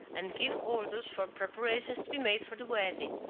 and gave orders for preparations to be made for the wedding,